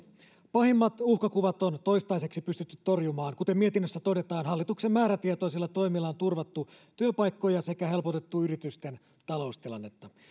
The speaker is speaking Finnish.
pahimmat uhkakuvat on toistaiseksi pystytty torjumaan kuten mietinnössä todetaan hallituksen määrätietoisilla toimilla on turvattu työpaikkoja sekä helpotettu yritysten taloustilannetta